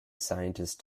scientist